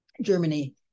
Germany